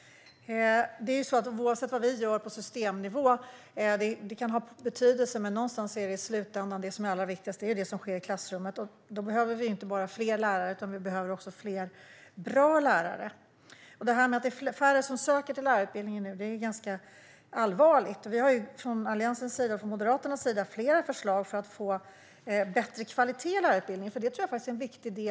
Vad vi gör på systemnivå kan ha betydelse. Men i slutändan är det som sker i klassrummen det allra viktigaste. Vi behöver inte bara fler lärare utan också fler bra lärare. Att det nu är färre som söker till lärarutbildningen är ganska allvarligt. Vi har från Alliansens och Moderaternas sida flera förslag för att få bättre kvalitet i lärarutbildningen, för det tror jag är en viktig del.